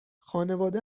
خانواده